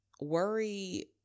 worry